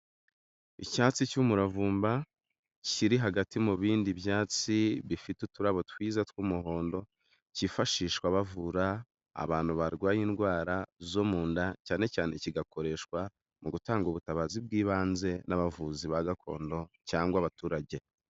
Icyatsi cy'umuravumba kiri hagati mu bindi byatsi bifite uturabo twiza tw'umuhondo, cyifashishwa bavura abantu barwaye indwara zo mu nda cyane cyane kigakoreshwa mu gutanga ubutabazi bw'ibanze n'abavuzi ba gakondo cyangwa abaturage.